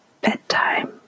bedtime